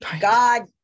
god